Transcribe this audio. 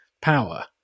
power